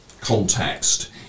context